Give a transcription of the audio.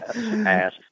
Ass